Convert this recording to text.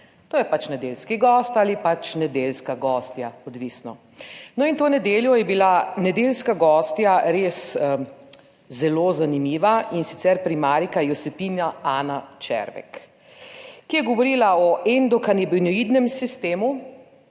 To je pač nedeljski gost ali pač nedeljska gostja, odvisno. No, in to nedeljo je bila nedeljska gostja res zelo zanimiva, in sicer primarijka Josipina Ana Červek, ki je govorila o endokanabinoidnem sistemu,